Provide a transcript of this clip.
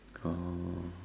oh